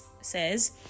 says